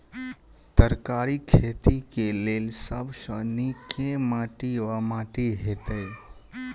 तरकारीक खेती केँ लेल सब सऽ नीक केँ माटि वा माटि हेतै?